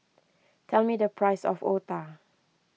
tell me the price of Otah